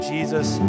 Jesus